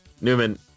Newman